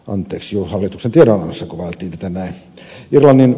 anteeksi juu hallituksen tiedonannossa kuvailtiin tätä näin